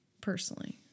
personally